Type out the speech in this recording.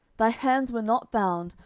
thy hands were not bound,